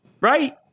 Right